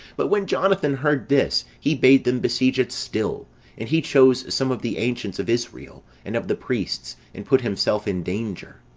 but when jonathan heard this, he bade them besiege it still and he chose some of the ancients of israel, and of the priests, and put himself in danger.